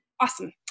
Awesome